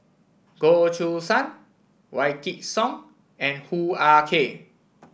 Goh Choo San Wykidd Song and Hoo Ah Kay